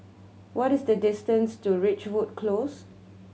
what is the distance to Ridgewood Close